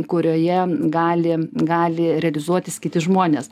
kurioje gali gali realizuotis kiti žmonės